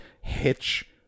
hitch